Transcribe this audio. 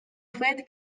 fet